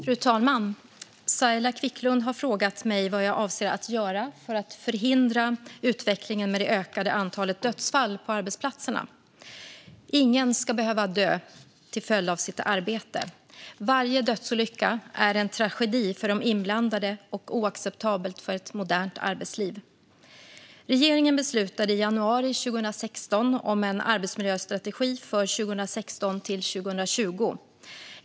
Fru talman! Saila Quicklund har frågat mig vad jag avser att göra för att förhindra utvecklingen med det ökande antalet dödsfall på arbetsplatserna. Ingen ska behöva dö till följd av sitt arbete. Varje dödsolycka är en tragedi för de inblandade och oacceptabel för ett modernt arbetsliv. Regeringen beslutade i januari 2016 om en arbetsmiljöstrategi för 2016-2020.